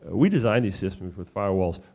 we design these systems with firewalls.